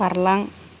बारलां